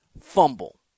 Fumble